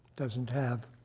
doesn't have,